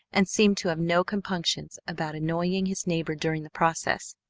and seemed to have no compunctions about annoying his neighbor during the process.